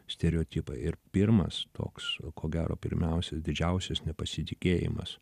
stereotipai ir pirmas toks ko gero pirmiausias didžiausias nepasitikėjimas